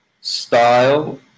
style